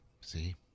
see